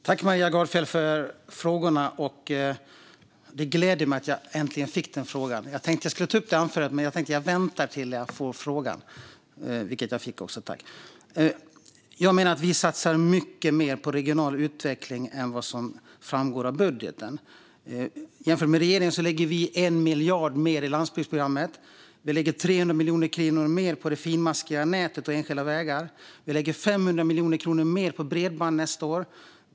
Fru talman! Jag tackar Maria Gardfjell för frågorna. Det gläder mig att jag äntligen fick den frågan. Jag hade tänkt ta upp detta i mitt anförande, men jag tänkte att jag väntar tills jag får frågan. Jag menar att vi satsar mycket mer på regional utveckling än vad som framgår av budgeten. Jämfört med regeringen lägger vi 1 miljard kronor mer på Landsbygdsprogrammet. Vi lägger 300 miljoner kronor mer på det finmaskiga nätet och enskilda vägar. Vi lägger 500 miljoner kronor mer på bredband nästa år.